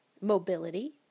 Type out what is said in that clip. mobility